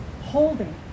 holding